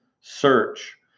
search